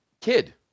kid